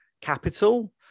capital